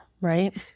Right